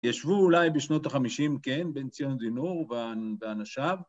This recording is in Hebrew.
‫ישבו אולי בשנות ה-50, כן, ‫בן ציון דינור ואנשיו.